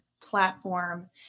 platform